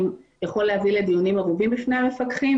יכול להביא לדיונים ארוכים בפני המפקחים,